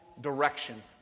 direction